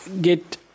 get